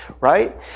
Right